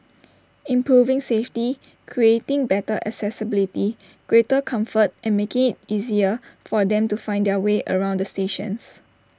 improving safety creating better accessibility greater comfort and making IT easier for them to find their way around the stations